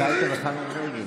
לא היו לך לילות.